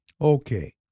Okay